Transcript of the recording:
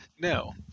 No